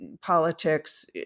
politics